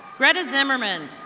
greta zimmerman.